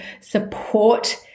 support